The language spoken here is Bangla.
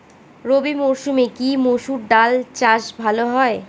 রবি মরসুমে কি মসুর ডাল চাষ ভালো হয়?